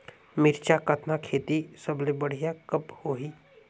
मिरचा कतना खेती सबले बढ़िया कब होही?